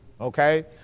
Okay